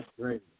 great